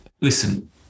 listen